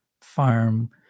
farm